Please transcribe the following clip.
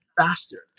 faster